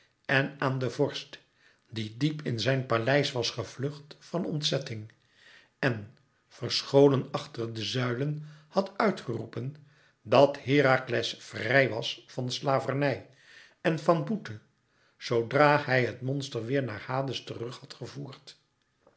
en aan den vorst die diep in zijn paleis was gevlucht van ontzetting en verscholen achter de zuilen had uit geroepen dat herakles vrij was van slavernij en van boete zoodra hij het monster weêr naar hades terug had gevoerd